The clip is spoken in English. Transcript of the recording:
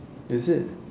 is it